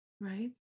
right